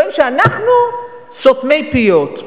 טוען שאנחנו סותמי פיות.